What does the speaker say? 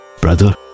Brother